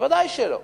ודאי שלא.